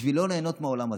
בשביל לא ליהנות מהעולם הזה.